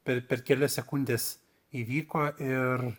per per kelias sekundes įvyko ir